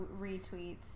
retweets